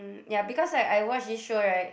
um ya because I I watch this show right